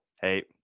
Hey